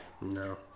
No